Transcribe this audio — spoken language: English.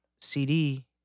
CD